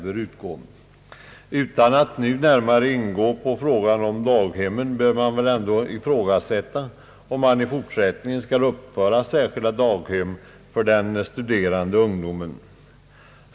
Utan att nu närmare ingå på frågan om daghemmen bör det väl ändå ifrågasättas om man i fortsättningen skall uppföra särskilda daghem för studerandefamiljer.